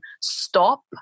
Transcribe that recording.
stop